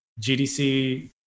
GDC